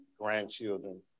grandchildren